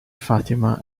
fatima